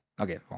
okay